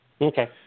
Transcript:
Okay